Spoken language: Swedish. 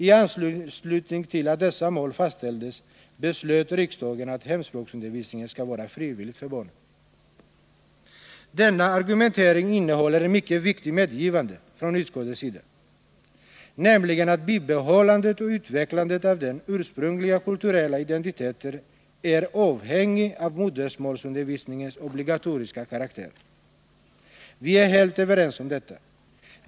I anslutning till att dessa mål fastställdes beslöt riksdagen att hemspråksundervisningen skall vara frivillig för barnen.” Denna argumentering innehåller ett mycket viktigt medgivande från utskottets sida, nämligen att bibehållandet och utvecklandet av den ursprungliga kulturella identiteten är beroende av modersmålsundervisningens obligatoriska karaktär. Vi är helt överens om detta.